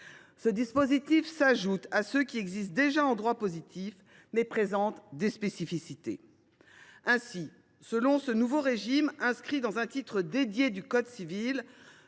Ce dispositif s’ajouterait à ceux qui existent déjà en droit positif, tout en présentant des spécificités. Ainsi, selon ce nouveau régime, inscrit dans un titre dédié du code civil,